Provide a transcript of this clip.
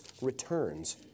returns